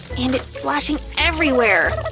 and it's splashing everywhere.